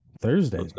Thursday